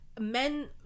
men